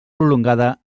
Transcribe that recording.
prolongada